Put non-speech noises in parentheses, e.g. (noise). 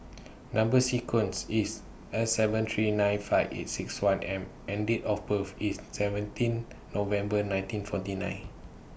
(noise) Number sequence IS S seven three nine five eight six one M and Date of birth IS seventeen November nineteen forty nine